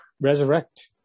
resurrect